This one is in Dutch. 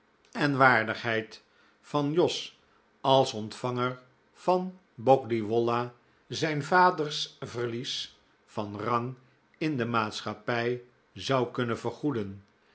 en waardigheid van jos als ontvanger van boggley wollah zijn vaders verlies van rang in de maatschappij zou kunnen vergoeden